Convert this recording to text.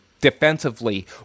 defensively